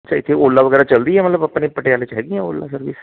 ਅੱਛਾ ਇੱਥੇ ਓਲਾ ਵਗੈਰਾ ਚਲਦੀ ਹੈ ਮਤਲਬ ਆਪਣੇ ਪਟਿਆਲੇ 'ਚ ਹੈਗੀ ਆ ਓਲਾ ਸਰਵਿਸ